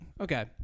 okay